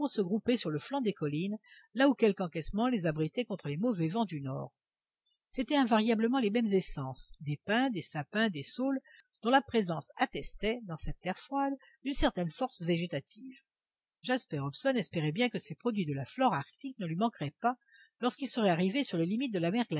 se groupaient sur le flanc des collines là où quelque encaissement les abritait contre les mauvais vents du nord c'étaient invariablement les mêmes essences des pins des sapins des saules dont la présence attestait dans cette terre froide une certaine force végétative jasper hobson espérait bien que ces produits de la flore arctique ne lui manqueraient pas lorsqu'il serait arrivé sur les limites de la mer